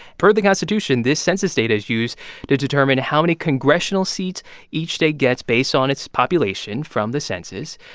per the constitution, this census data is used to determine how many congressional seats each state gets based on its population from the census,